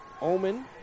omen